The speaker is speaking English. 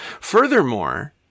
Furthermore